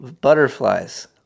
butterflies